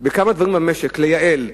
כמה דברים במשק לייעל,